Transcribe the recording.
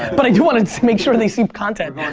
but i do want to make sure they see content.